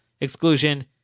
exclusion